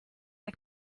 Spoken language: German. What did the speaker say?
der